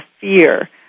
fear